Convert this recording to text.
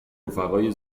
رفقای